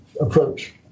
approach